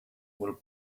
will